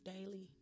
Daily